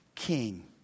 king